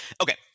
okay